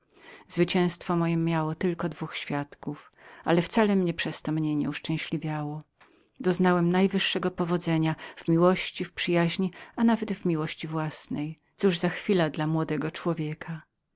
nigdy nie miało więcej jak dwóch swiadków z tem wszystkiem nie mniej mnie uszczęśliwiało doznałem najwyższego powodzenia w miłości w przyjaźni a nawet w miłości własnej co to za chwila dla młodego człowieka